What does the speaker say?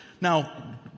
Now